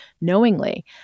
knowingly